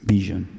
Vision